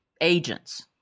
agents